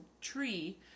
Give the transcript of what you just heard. tree